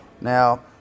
Now